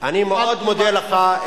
אני מאוד מודה לך,